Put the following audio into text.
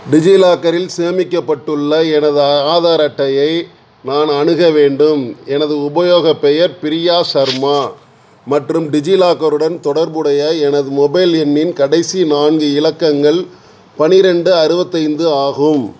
டிஜிலாக்கரில் சேமிக்கப்பட்டுள்ள எனது ஆதார் அட்டையை நான் அணுக வேண்டும் எனது உபயோகப் பெயர் பிரியா ஷர்மா மற்றும் டிஜிலாக்கருடன் தொடர்புடைய எனது மொபைல் எண்ணின் கடைசி நான்கு இலக்கங்கள் பன்னிரெண்டு அறுபத்து ஐந்து ஆகும்